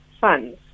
funds